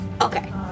Okay